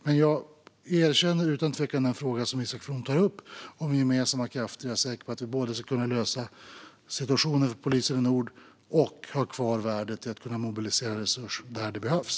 Men jag erkänner utan tvekan det problem som Isak From tar upp, och med gemensamma krafter är jag säker på att vi både ska kunna lösa situationen för polisregion Nord och ha kvar värdet av att kunna mobilisera resurser när det behövs.